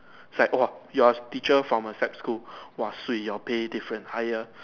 is like !wah! you're a teacher from a SAP school !wah! swee your pay different higher